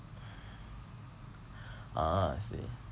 ah I see